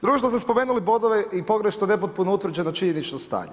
Drugo što ste spomenuli bodove i pogrešno nepotpuno utvrđeno činjenično stanje.